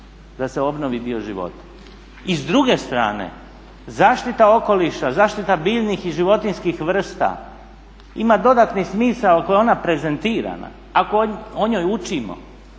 da se obnovi dio života. I s druge strane, zaštita okoliša, zaštita biljnih i životinjskih vrsta ima dodatni smisao ako je ona prezentirana, ako o njoj učimo,